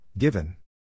Given